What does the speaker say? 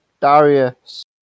Darius